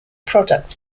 product